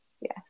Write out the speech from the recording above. Yes